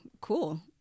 cool